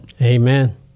Amen